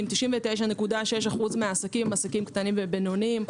ב-99.6% מהעסקים, עסקים קטנים ובינוניים.